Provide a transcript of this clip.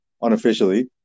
unofficially